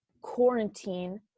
quarantine